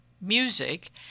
music